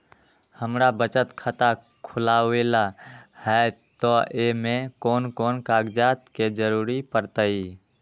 हमरा बचत खाता खुलावेला है त ए में कौन कौन कागजात के जरूरी परतई?